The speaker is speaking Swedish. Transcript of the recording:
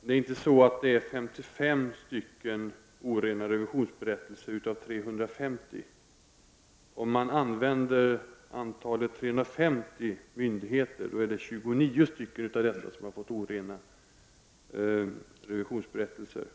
Det är inte fråga om 55 orena revisionsberättelser av 350. Om man använder sig av antalet 350 myndigheter, så har 29 stycken av dessa fått orena revisionsberättel ser.